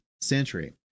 century